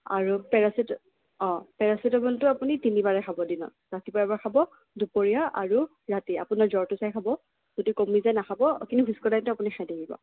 আৰু পেৰাচিটা পেৰাচিটামলটো আপুনি তিনিবাৰে খাব দিনত ৰাতিপুৱা এবাৰ খাব দুপৰীয়া আৰু ৰাতি আপোনাৰ জ্বৰটো চাই খাব যদি কমি যায় নাখাব কিন্তু ভিস্কোডাইনটো আপুনি খাই থাকিব